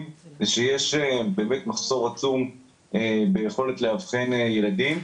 זה שיש באמת מחסור עצום ביכולת לאבחן ילדים.